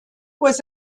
was